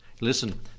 Listen